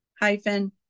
hyphen